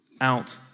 out